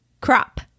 crop